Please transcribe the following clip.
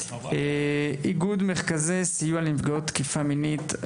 איגוד מרכזי סיוע לנפגעות תקיפה מינית,